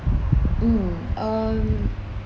mm um